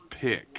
pick